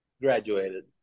graduated